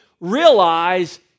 realize